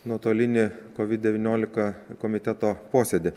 nuotolinį covid devyniolika komiteto posėdį